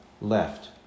left